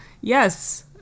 Yes